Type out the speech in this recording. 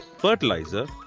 fertilizer,